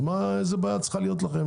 אז איזה בעיה צריכה להיות לכם?